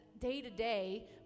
day-to-day